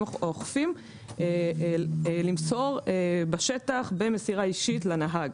האוכפים למסור בשטח במסירה אישית לנהג.